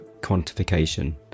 quantification